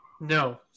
No